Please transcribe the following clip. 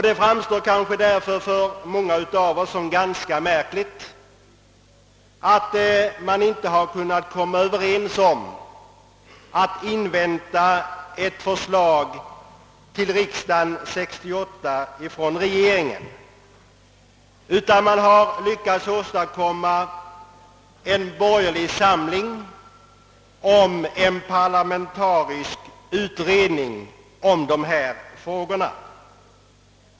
Det framstår kanske därför för många av oss som ganska märkligt att man inte har kunnat komma överens om att invänta ett förslag till riksdagen 1968 från regeringen utan att man har lyckats åstadkomma en borgerlig samling om en parlamentarisk utredning av dessa frågor.